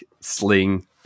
sling